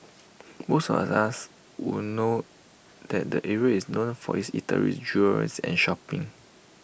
most of us would know that the area is known for its eateries jewellers and shopping